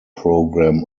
program